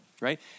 right